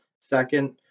Second